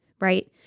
right